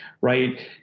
right